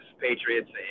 Patriots